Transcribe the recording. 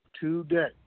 today